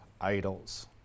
idols